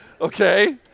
Okay